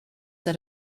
that